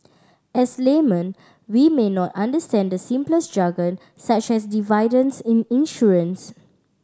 as laymen we may not understand the simplest jargon such as dividends in insurances